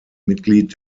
mitglied